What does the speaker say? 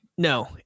No